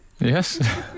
Yes